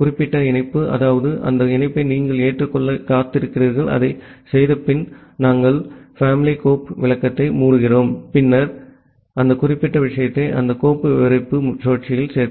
குறிப்பிட்ட இணைப்பு அதாவது அந்த இணைப்பை நீங்கள் ஏற்றுக் கொள்ள காத்திருக்கிறீர்கள் அதைச் செய்தபின் நாங்கள் குழந்தை கோப்பு விளக்கத்தை மூடுகிறோம் பின்னர் அந்த குறிப்பிட்ட விஷயத்தை அந்த கோப்பு விவரிப்பு சுழற்சியில் சேர்க்கலாம்